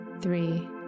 three